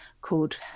called